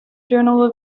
journal